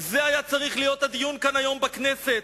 זה היה צריך להיות הדיון היום כאן בכנסת.